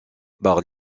par